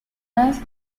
las